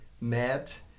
met